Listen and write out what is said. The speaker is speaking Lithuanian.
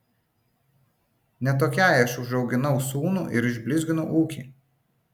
ne tokiai aš užauginau sūnų ir išblizginau ūkį